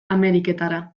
ameriketara